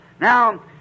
Now